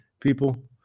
people